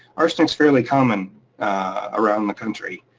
arsenic's fairly common around the country.